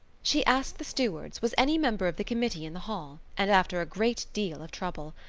she asked the stewards was any member of the committee in the hall and, after a great deal of trouble,